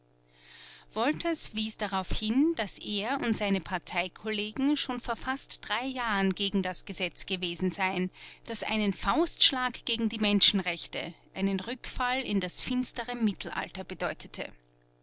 wolters wies darauf hin daß er und seine parteikollegen schon vor fast drei jahren gegen das gesetz gewesen seien das einen faustschlag gegen die menschenrechte einen rückfall in das finstere mittelalter bedeutete